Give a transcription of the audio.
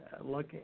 look